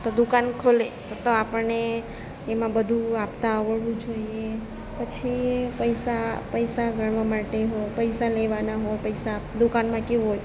દુકાન ખોલે તો આપણને એમાં બધું આપતા આવડવું જોઈએ પછી પૈસા પૈસા ગણવા માટે પૈસા લેવાના હોય પૈસા આપવાના દુકાનમાં કેવું હોય